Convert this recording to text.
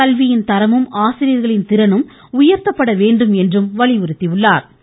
கல்வியின் தரமும் ஆசிரியர்களின் திறனும் உயர்த்தப்பட வேண்டும் என்று வலியுறுத்தியுள்ளா்